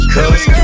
Cause